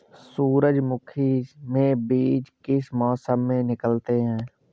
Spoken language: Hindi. सूरजमुखी में बीज किस मौसम में निकलते हैं?